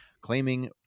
claiming